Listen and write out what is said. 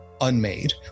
Unmade